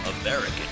American